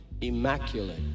immaculate